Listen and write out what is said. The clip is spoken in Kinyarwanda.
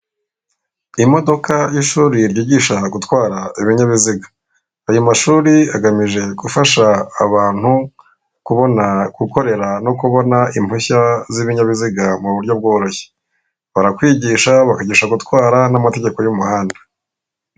Imodoka y'ishuri ryigisha gutwara ibinyabiziga ayo mashuri agamije gufasha abantu kubona, gukorera no kubona impushya z'ibinyabiziga mu buryo bworoshye. Barakwigisha, bakwigisha gutwara n'amategeko y'umuhanda.